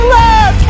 love